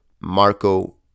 Marco